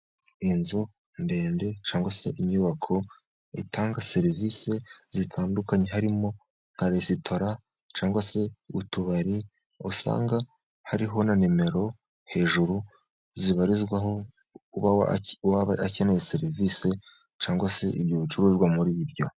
Inzu ndende cyangwa se inyubako itanga serivise zitandukanye, harimo nka resitora cyangwa se utubari. Usanga hariho na nimero hejuru zibarizwaho uwaba akeneye serivise cyangwa se ibyo bicuruzwa...